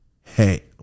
hey